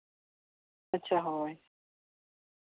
ᱟᱪᱪᱷᱟ ᱦᱳᱭ